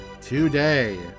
today